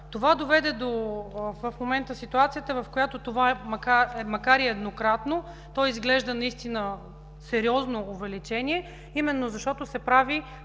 Това доведе до ситуацията в момента, в която това, макар и еднократно, то да изглежда наистина сериозно увеличение, именно защото се прави